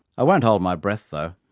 i won't hold my breath, though.